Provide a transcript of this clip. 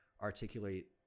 articulate